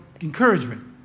encouragement